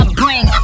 bring